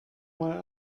mal